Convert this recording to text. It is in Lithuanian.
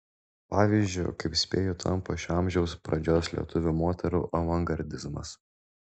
pavyzdžiu kaip spėju tampa šio amžiaus pradžios lietuvių moterų avangardizmas